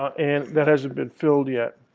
and that hasn't been filled yet.